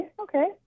okay